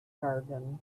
jargon